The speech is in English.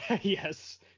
yes